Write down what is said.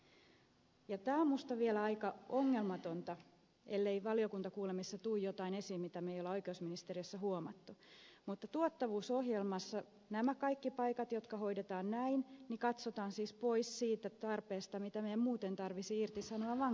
tämä on minusta vielä aika ongelmatonta ellei valiokuntakuulemisessa tule jotain esiin mitä me emme ole oikeusministeriössä huomanneet mutta tuottavuus ohjelmassa nämä kaikki paikat jotka hoidetaan näin katsotaan siis pois siitä tarpeesta mitä meidän muuten tarvitsisi irtisanoa vanginvartijoita